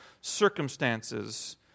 circumstances